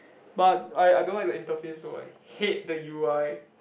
but I I don't like the interface so I hate the u_i